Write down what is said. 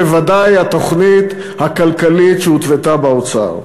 בוודאי התוכנית הכלכלית שהותוותה באוצר.